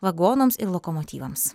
vagonams ir lokomotyvams